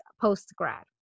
post-grad